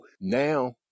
now